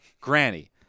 granny